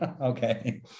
Okay